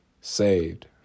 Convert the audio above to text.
saved